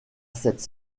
cette